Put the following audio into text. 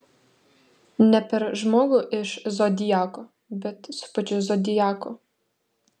ne per žmogų iš zodiako bet su pačiu zodiaku